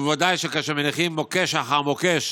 אבל בוודאי כאשר מניחים מוקש אחר מוקש